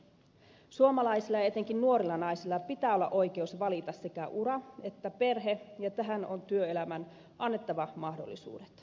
suomalaisilla ja etenkin nuorilla naisilla pitää olla oikeus valita sekä ura että perhe ja tähän on työelämän annettava mahdollisuudet